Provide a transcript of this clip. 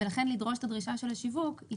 ולכן לדרוש את הדרישה של השיווק היא